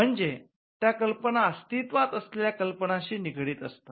म्हणजे त्या कल्पना अस्तित्वात असलेल्या कल्पनांशी निगडित असतात